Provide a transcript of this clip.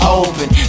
open